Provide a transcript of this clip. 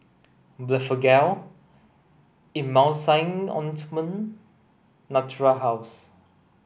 Blephagel Emulsying Ointment Natura House